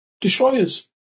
Destroyers